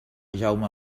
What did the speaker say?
jaume